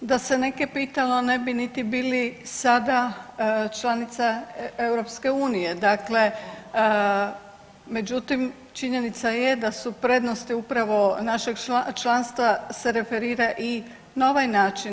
Da se neke pitalo ne bi niti bili sada članica EU, dakle međutim činjenica je da su prednosti upravo našeg članstva se referira i na ovaj način.